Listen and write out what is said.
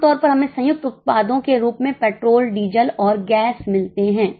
आम तौर पर हमें संयुक्त उत्पादों के रूप में पेट्रोल डीजल और गैस मिलते हैं